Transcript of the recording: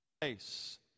place